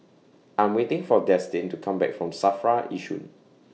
I'm waiting For Destin to Come Back from SAFRA Yishun